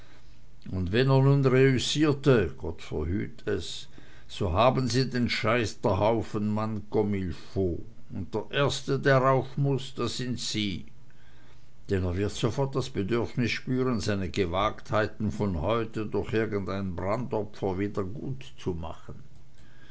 und wenn er nun reüssierte gott verhüt es so haben sie den scheiterhaufenmann comme il faut und der erste der rauf muß das sind sie denn er wird sofort das bedürfnis spüren seine gewagtheiten von heute durch irgendein brandopfer